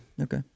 Okay